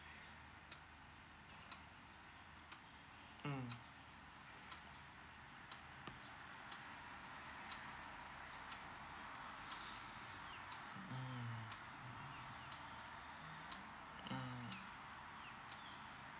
mm mm mm